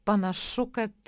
panašu kad